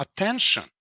attention